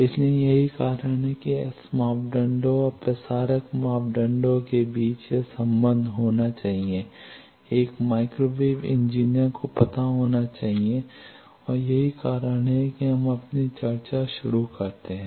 इसलिए यही कारण है कि एस मापदंडों और प्रसारक मापदंडों के बीच यह संबंध होना चाहिए 1 माइक्रोवेव इंजीनियर को पता होना चाहिए और यही कारण है कि हम अपनी चर्चा शुरू करते हैं